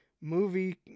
movie